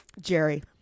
Jerry